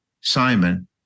Simon